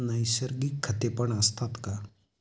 नैसर्गिक खतेपण असतात का?